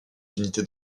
unités